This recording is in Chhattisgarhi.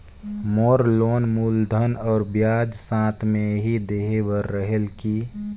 मोर लोन मूलधन और ब्याज साथ मे ही देहे बार रेहेल की?